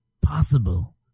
Possible